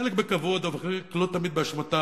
חלק בכבוד אבל חלק לא תמיד באשמתה,